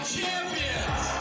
Champions